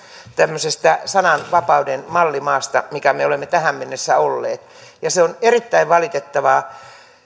tämmöisestä sananvapauden mallimaasta mikä me olemme tähän asti olleet ja se on erittäin valitettavaa